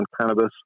cannabis